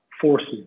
forces